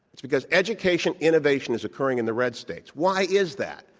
it's because education, innovation is occurring in the red states. why is that?